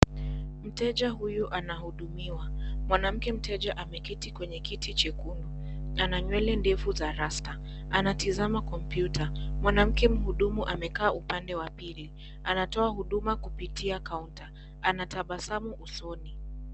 Mteja huyu anahudumiwa, mwanamke mteja ameketi kwenye kiti chekundu, ana nywelle refu za rasta anatizama kompyuta, mwanamke mhudumu amekaa upande wa pili, anatoa huduma kupitia kaunta , anatabasamu usoni.